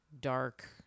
dark